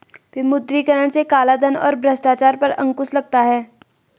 विमुद्रीकरण से कालाधन और भ्रष्टाचार पर अंकुश लगता हैं